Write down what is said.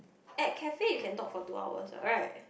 at cafe you can talk for two hours what right